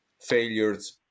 Failures